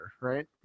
right